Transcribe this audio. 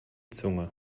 zunge